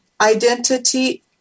identity